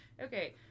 Okay